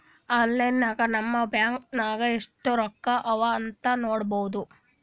online ನಾಗ್ ನಮ್ bank ನಾಗ್ ಎಸ್ಟ್ ರೊಕ್ಕಾ ಅವಾ ಅಂತ್ ನೋಡ್ಬೋದ